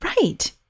right